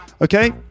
Okay